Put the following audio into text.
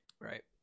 right